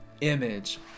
image